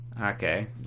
Okay